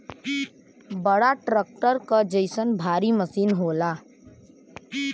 बड़ा ट्रक्टर क जइसन भारी मसीन होला